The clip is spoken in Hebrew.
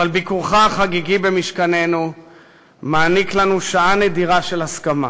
אבל ביקורך החגיגי במשכננו מעניק לנו שעה נדירה של הסכמה.